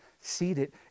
seated